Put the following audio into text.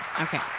Okay